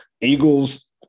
Eagles